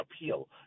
appeal